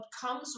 comes